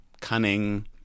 cunning